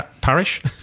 Parish